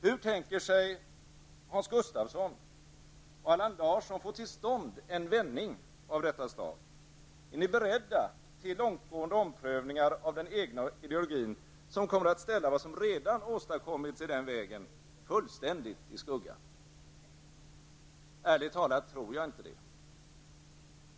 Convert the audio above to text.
Hur tänker sig Hans Gustafsson och Allan Larsson få till stånd en vändning av detta slag? Är ni beredda till långtgående omprövningar av den egna ideologin, som kommer att ställa vad som redan åstadkommits i den vägen fullständigt i skuggan? Ärligt talat tror jag inte det.